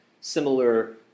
similar